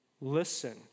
listen